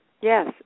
Yes